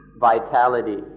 vitality